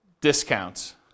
discounts